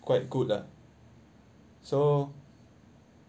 quite good lah so